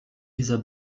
dieser